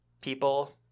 people